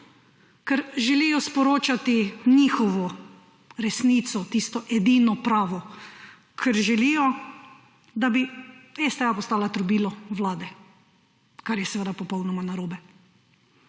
Ker želijo sporočati njihovo resnico, tisto edino pravo, ker želijo, da bi STA postala trobilo vlade. Kar je seveda popolnoma narobe.